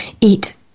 eat